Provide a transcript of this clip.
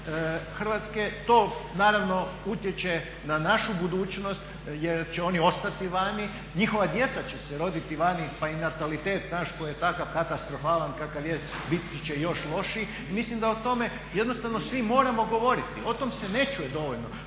Hrvatske. To naravno utječe na našu budućnost jer će oni ostati vani, njihova djeca će se roditi vani pa i natalitet naš koji je takav katastrofalan kakav jest biti će još lošiji i mislim da o tome jednostavno svi moramo govoriti, o tom se ne čuje dovoljno.